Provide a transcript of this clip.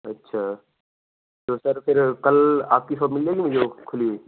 اچھا تو سر پھر کل آپ کی ساپ مل جائے گی مجھے وہ کھلی